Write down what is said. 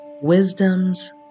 Wisdom's